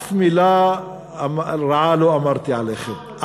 אף מילה רעה לא אמרתי עליכם.